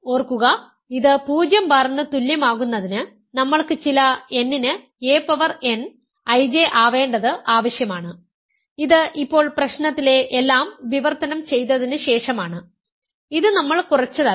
ഓർക്കുക ഇത് 0 ബാറിന് തുല്യമാകുന്നതിന്നമ്മൾക്ക് ചില n ന് a പവർ n IJ ആവേണ്ടത് ആവശ്യമാണ് ഇത് ഇപ്പോൾ പ്രശ്നത്തിലെ എല്ലാം വിവർത്തനം ചെയ്തതിനുശേഷമാണ് ഇത് നമ്മൾ കുറച്ചുതല്ല